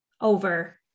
over